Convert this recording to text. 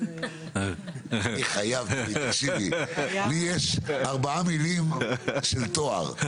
יש לי ארבע מילים בתואר: